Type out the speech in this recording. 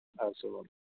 اَدٕ سا وَلہٕ